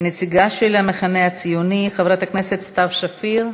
נציגה של המחנה הציוני, חברת הכנסת סתיו שפיר,